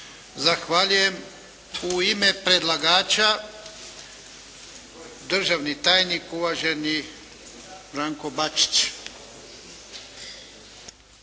Zahvaljujem. U ime predlagača državni tajnik uvaženi Branko Bačić.